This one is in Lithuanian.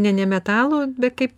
ne nemetalų bet kaip